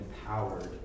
empowered